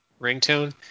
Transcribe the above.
ringtone